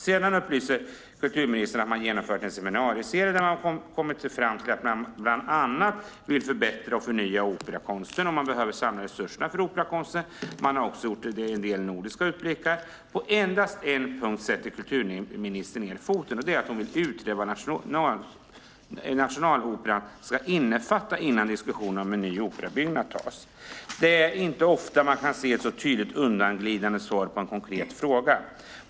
Sedan upplyser kulturministern om att man genomfört en seminarieserie där man har kommit fram till att man bland annat vill förbättra och förnya operakonsten genom de samlade resurserna. Man har också gjort en del nordiska utblickar. På endast en punkt sätter kulturministern ned foten, och det är att hon vill utreda vad en nationalopera ska innefatta innan diskussionen om en ny operabyggnad tas. Det är inte ofta man kan se ett så tydligt undanglidande svar på en konkret fråga.